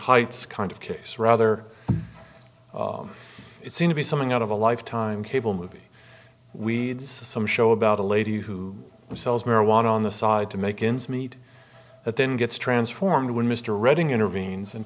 heights kind of case rather it seem to be something out of a life time cable movie we'd see some show about a lady who sells marijuana on the side to make ends meet that then gets transformed when mr redding intervenes and